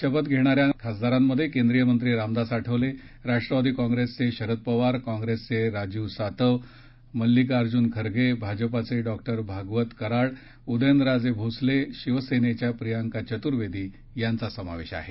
शपथ घेणाऱ्या खासदारांमध्ये केंद्रीय मंत्री रामदास आठवले राष्ट्रवादी काँप्रेसचे शरद पवार काँप्रेसचे राजीव सातव मल्लिकार्जुन खरगे भाजपाचे डॉ भागवत कराड उदयनराजे भोसले शिवसेनेच्या प्रियंका चतुर्वेदी यांचा समावेश आहे